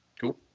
Cool